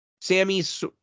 Sammy's